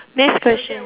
next question